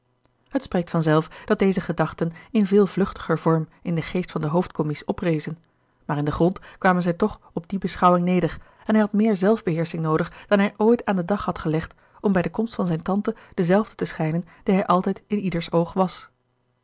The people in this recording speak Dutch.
het spreekt van zelf dat deze gedachten in veel vluchtiger vorm in den geest van den hoofdcommies oprezen maar in den grond kwamen zij toch op die beschouwing neder en hij had meer zelfbeheersching noodig dan hij ooit aan den dag had gelegd om bij de komst van zijne tante dezelfde te schijnen die hij altijd in ieders oog was